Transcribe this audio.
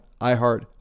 iHeart